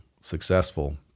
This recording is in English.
successful